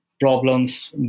problems